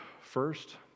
First